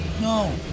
No